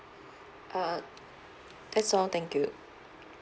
uh that's all thank you